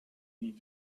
need